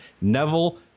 Neville